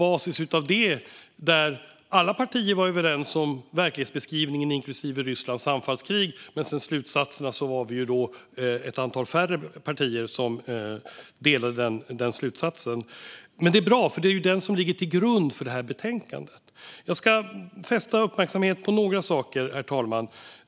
Alla partier var överens om verklighetsbeskrivningen inklusive Rysslands anfallskrig, vilket är bra, för det är ju den som ligger till grund för det här betänkandet. Vi var dock färre partier som delade slutsatsen. Jag ska fästa uppmärksamheten på några saker, herr talman.